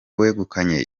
wegukanye